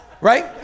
Right